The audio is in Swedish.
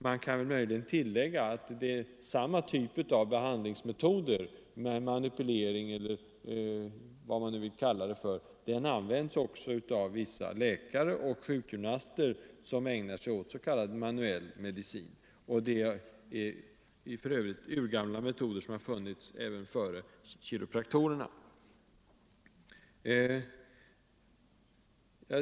Man kan möjligen tillägga att samma typ av behandlingsmetoder - manipulering eller vad man nu vill kalla det — också används av vissa läkare och sjukgymnaster som ägnar sig åt s.k. manuell medicin. Det är för övrigt urgamla metoder som har funnits även före kiropraktorerna.